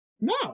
No